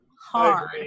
hard